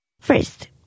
First